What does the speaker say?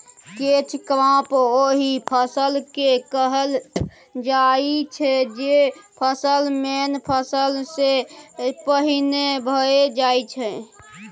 catch crop ओहि फसल केँ कहल जाइ छै जे फसल मेन फसल सँ पहिने भए जाइ छै